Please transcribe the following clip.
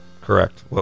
Correct